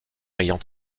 ayant